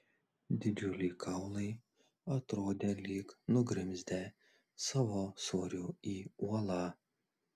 didžiuliai kaulai atrodė lyg nugrimzdę savo svoriu į uolą